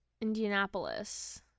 Indianapolis